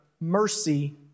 mercy